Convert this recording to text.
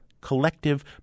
collective